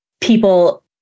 people